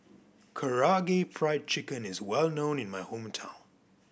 Karaage Fried Chicken is well known in my hometown